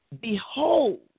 Behold